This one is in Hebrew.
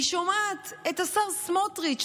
אני שומעת את השר סמוטריץ',